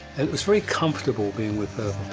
it was very comfortable being with